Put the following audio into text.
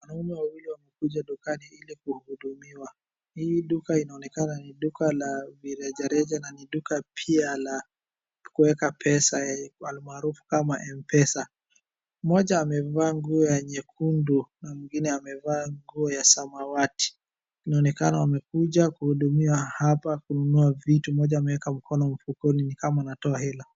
Hawa wawili wamekuja dukani hili kuhudumiwa. Hii duka inaonekana ni duka la virejareja na ni duka pia la kuweka pesa ya almarufu kama M-Pesa. Mmoja amevaa nguo ya nyekundu na mwingine amevaa nguo ya samawati. Inaonekana wamekuja kuhudumiwa hapa kununua vitu. Mmoja ameeka mkono mfukoni ni kama anatoa hela.